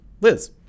Liz